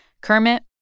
Kermit